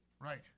Right